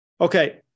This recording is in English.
Okay